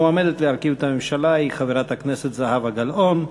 המועמדת להרכיב את הממשלה היא חברת הכנסת זהבה גלאון.